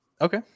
okay